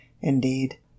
indeed